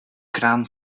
kraan